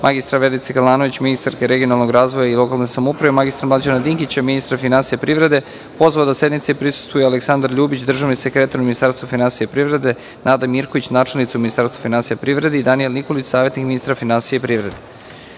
mr. Verice Kalanović, ministarke regionalnog razvoja i lokalne samouprave, mr. Mlađana Dinkića, ministra finansija i privrede, pozvao da sednici prisustvuju Aleksandar Ljubić, državni sekretar u Ministarstvu finansija i privrede, Nada Mirković, načelnica u Ministarstvu finansija i privrede i Danijel Nikolić, savetnik ministra finansija i